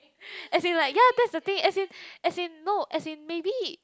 as in like ya that's the thing as in as in no maybe